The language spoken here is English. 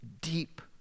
deep